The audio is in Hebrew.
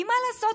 כי מה לעשות,